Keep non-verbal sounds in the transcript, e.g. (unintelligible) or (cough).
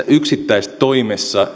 (unintelligible) yksittäistoimeen